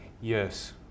Yes